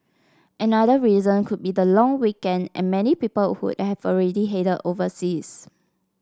another reason could be the long weekend and many people would have already headed overseas